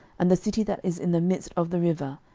and the city that is in the midst of the river,